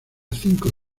cinco